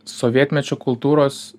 sovietmečio kultūros